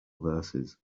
verses